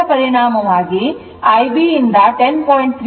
ಇದರ ಪರಿಣಾಮವಾಗಿ I b ಯಿಂದ 10